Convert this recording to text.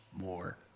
more